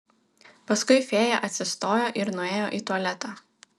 paskui fėja atsistojo ir nuėjo į tualetą